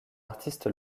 artiste